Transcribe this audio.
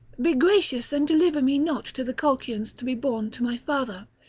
be gracious and deliver me not to the colchians to be borne to my father,